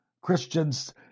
Christians